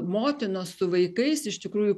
motinos su vaikais iš tikrųjų